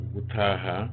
utaha